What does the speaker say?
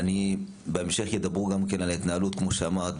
בהמשך ידברו גם כן על ההתנהלות כמו שאמרת,